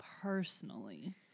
personally